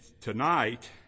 tonight